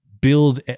build